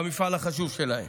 במפעל החשוב שלהם.